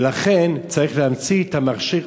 ולכן צריך להמציא מכשיר